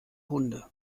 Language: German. hunde